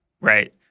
right